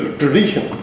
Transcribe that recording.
tradition